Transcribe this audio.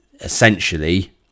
essentially